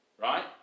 Right